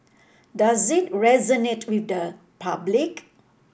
does it resonate with the public